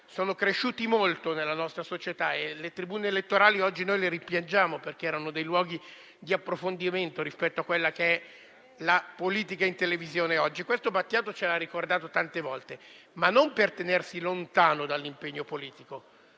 sono cresciuti molto nella nostra società e le tribune elettorali oggi noi le rimpiangiamo, perché erano dei luoghi di approfondimento rispetto a quella che è la politica in televisione oggi. Questo Battiato ce lo ha ricordato tante volte, ma non per tenersi lontano dall'impegno politico,